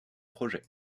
projet